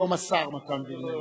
היום השר מתן וילנאי.